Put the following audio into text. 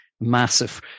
massive